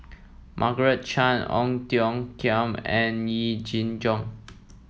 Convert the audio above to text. Margaret Chan Ong Tiong Khiam and Yee Jenn Jong